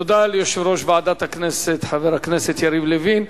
תודה ליושב-ראש ועדת הכנסת, חבר הכנסת יריב לוין.